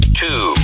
two